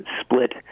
split